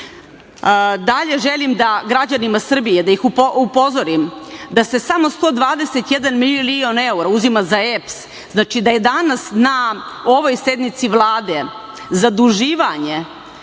želim da građane Srbije upozorim da se samo 121 milion evra uzima za EPS, znači da je danas na ovoj sednici Vlade zaduživanje